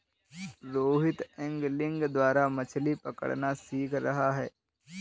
Rohit angling द्वारा मछ्ली पकड़ना सीख रहा है